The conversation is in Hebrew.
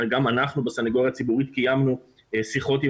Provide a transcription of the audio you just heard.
גם אנחנו בסנגוריה הציבורית קיימנו שיחות עם